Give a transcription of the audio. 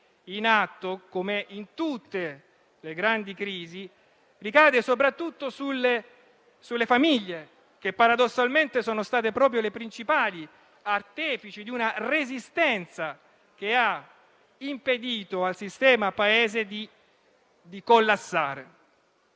in atto, come accade in tutte le grandi crisi, ricade soprattutto sulle famiglie, che paradossalmente sono state proprio le principali artefici di una resistenza, che ha impedito al sistema Paese di collassare.